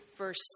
verse